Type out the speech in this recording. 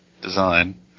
design